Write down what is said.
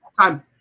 Time